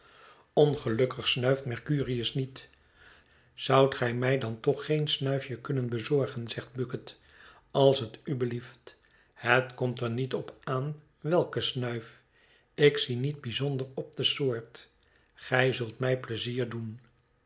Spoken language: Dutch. ongelukkig snuift mercurius niet zoudt ge mij dan toch geen snuifje kunnen bezorgen zegt bucket als het u belieft het komt er niet op aan welke snuif ik zie niet bijzonder op de soort gij zult mij pleizier doen